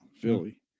Philly